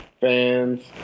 Fans